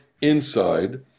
inside